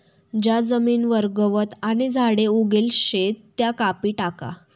ज्या जमीनवर गवत आणि झाडे उगेल शेत त्या कापी टाका